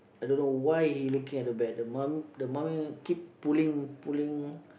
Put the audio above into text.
I don't know why he looking at the back the mom the mom keep pulling pulling